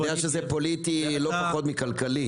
אתה יודע שזה פוליטי לא פחות מכלכלי.